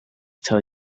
tell